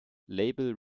label